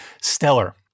Stellar